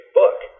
book